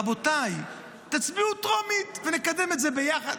רבותיי, תצביעו טרומית, ונקדם את זה יחד.